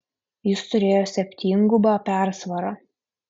jis turėjo septyngubą persvarą